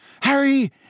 Harry